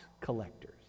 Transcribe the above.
collectors